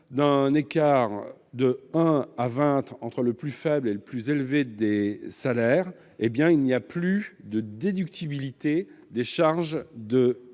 d'un écart de 1 à 20 entre le plus faible et le plus élevé des salaires, il n'y ait plus de déductibilité des charges de